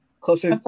closer